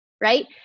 Right